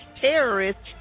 terrorists